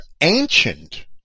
ancient